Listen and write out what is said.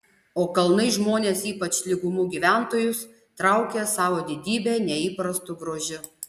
o kalnai žmones ypač lygumų gyventojus traukia savo didybe neįprastu grožiu